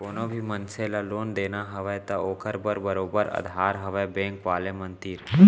कोनो भी मनसे ल लोन देना हवय त ओखर बर बरोबर अधार हवय बेंक वाले मन तीर